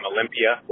Olympia